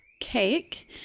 cake